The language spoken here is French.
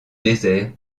désert